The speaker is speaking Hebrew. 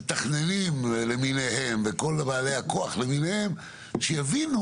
המתכננים למיניהם וכל בעלי הכוח למיניהם שיבינו